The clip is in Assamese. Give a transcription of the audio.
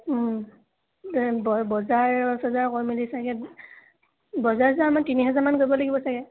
বজাৰ চজাৰ কৰি মেলি চাগৈ বজাৰ চজাৰ আমাৰ তিনি হেজাৰমান কৰিব লাগিব চাগৈ